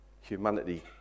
humanity